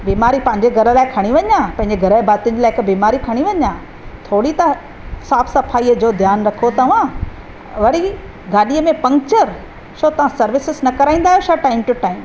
बीमारी पंहिंजे घर लाइ खणी वञा पंहिंजे घरु भातियुनि लाइ हिकु बीमारी खणी वञा थोरी त साफ़ु सफ़ाईअ जो ध्यानु रखो तव्हां वरी गाॾीअ में पंक्चर छो तव्हां सर्विसिस न कराईंदा आहियो छा टाइम टू टाइम